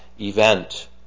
event